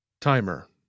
Timer